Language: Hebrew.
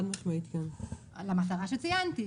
למטרה שציינתי.